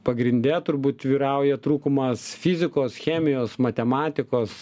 pagrinde turbūt vyrauja trūkumas fizikos chemijos matematikos